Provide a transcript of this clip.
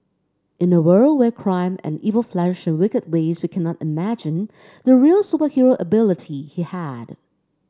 in a world where crime and evil flourished in wicked ways we cannot imagine the real superhero ability he had